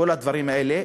כל הדברים האלה,